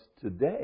today